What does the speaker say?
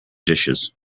dishes